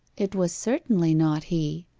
it was certainly not he.